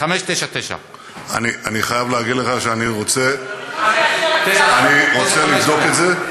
599. אני חייב להגיד לך שאני רוצה לבדוק את זה.